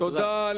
תודה.